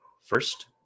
First